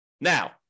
Now